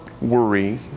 worry